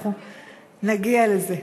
אנחנו נגיע לזה.